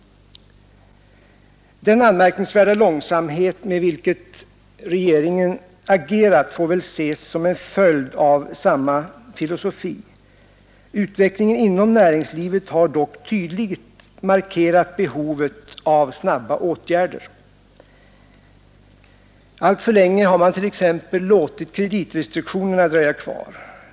Den anmärkningsvärda långsamhet med vilken regeringen agerat får väl ses som en följd av samma filosofi. Utvecklingen inom näringslivet har dock tydligt markerat behovet av snabba åtgärder. Alltför länge har man t.ex. låtit kreditrestriktionerna dröja kvar.